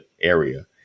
area